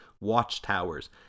watchtowers